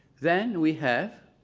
then we have